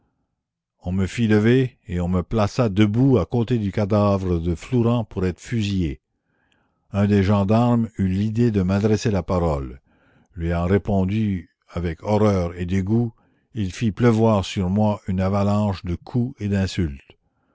on me fit lever et on me plaça debout à côté du cadavre de flourens pour être fusillé un des gendarmes eut l'idée de m'adresser la parole lui ayant répondu avec horreur et dégoût il fit pleuvoir sur moi une avalanche de coups et d'insultes